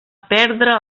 perdre